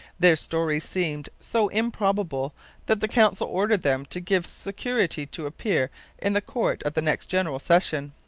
their story seemed so improbable that the council ordered them to give security to appear in the court at the next general session.